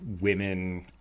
women